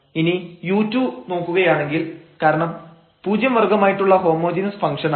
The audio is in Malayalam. ഇനി u2 നോക്കുകയാണെങ്കിൽ കാരണം 0 വർഗ്ഗമായിട്ടുള്ള ഹോമോജീനസ് ഫംഗ്ഷൻ ആണത്